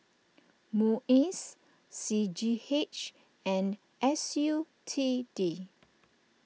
Muis C G H and S U T D